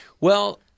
Well-